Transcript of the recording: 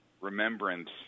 remembrance